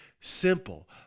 Simple